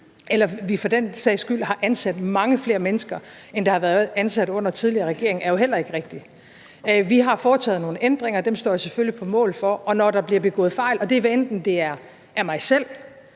eller vi for den sags skyld har ansat mange flere mennesker, end der har været ansat under den tidligere regering, er jo heller ikke rigtigt. Vi har foretaget nogle ændringer, og dem står jeg selvfølgelig på mål for. Når der bliver begået fejl – og det er, hvad enten det er mig selv,